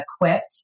equipped